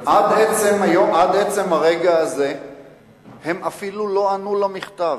עד עצם הרגע הזה הם אפילו לא ענו על המכתב.